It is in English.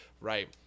Right